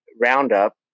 roundup